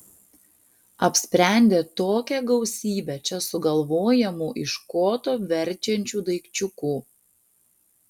apsprendė tokią gausybę čia sugalvojamų iš koto verčiančių daikčiukų